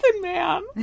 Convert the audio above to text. Man